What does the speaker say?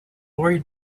already